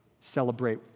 celebrate